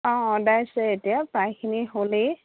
অঁ অঁ দাইছে এতিয়া প্ৰায়খিনি হ'লেই